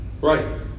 Right